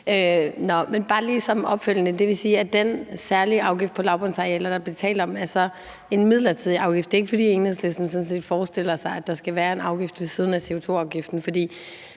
jeg sige, at det så vil sige, at den særlige afgift på lavbundsarealer, der bliver talt om, altså er en midlertidig afgift. Det er ikke, fordi Enhedslisten sådan set forestiller sig, at der skal være en afgift ved siden af CO2-afgiften,